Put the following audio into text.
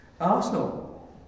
arsenal